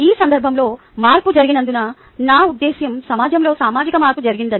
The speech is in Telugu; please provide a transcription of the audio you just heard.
ఈ సందర్భంలో మార్పు జరిగిందని నా ఉద్దేశ్యం సమాజంలో సామాజిక మార్పు జరిగింది